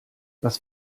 was